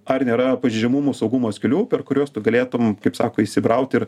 ar nėra pažeidžiamumų saugumo skylių per kuriuos tu galėtum kaip sako įsibraut ir